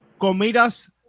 Comidas